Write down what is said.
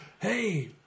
Hey